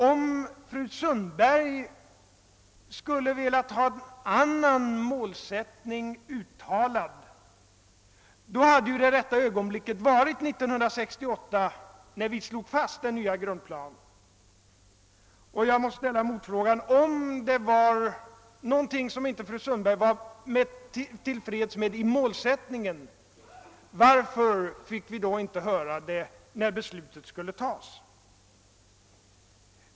Om fru Sundberg hade önskat få en annan målsättning uttalad hade det varit rätta ögonblicket att framföra det 1968, när vi fattade beslut om den nya grundplanen. Jag vill ställa en motfråga: Om det i målsättningen fanns någonting som fru Sundberg inte var till freds med, varför fick vi då inte höra det när beslutet skulle fattas?